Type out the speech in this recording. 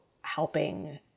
helping